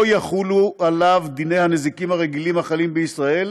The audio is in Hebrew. לא יחולו עליו דיני הנזיקין הרגילים החלים בישראל,